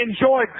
Enjoy